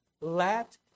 Let